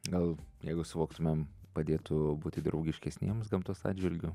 gal jeigu suvoktumėm padėtų būti draugiškesniems gamtos atžvilgiu